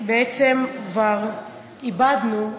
שאיבדנו,